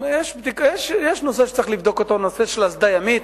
יש נושא שצריך לבדוק, של אסדה ימית.